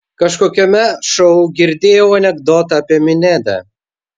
kažkokiame šou girdėjau anekdotą apie minedą